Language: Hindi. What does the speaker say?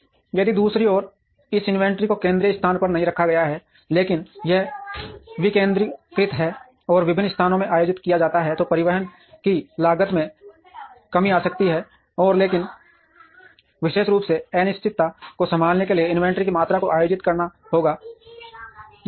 यदि दूसरी ओर इस इन्वेंट्री को केंद्रीय स्थान पर नहीं रखा गया है लेकिन यह विकेंद्रीकृत है और विभिन्न स्थानों में आयोजित किया जाता है तो परिवहन की लागत में कमी आ सकती है लेकिन विशेष रूप से अनिश्चितता को संभालने के लिए इन्वेंट्री की मात्रा को आयोजित करना होगा अधिक है